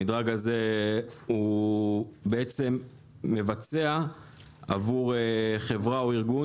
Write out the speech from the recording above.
המדרג הזה הוא בעצם מבצע עבור חברה או ארגון